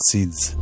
Seeds